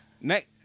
Next